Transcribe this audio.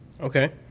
Okay